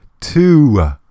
two